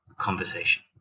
conversation